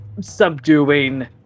subduing